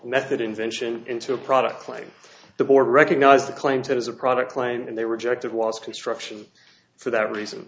method invention into a product claim the board recognized the claim to as a product line and they rejected was construction for that reason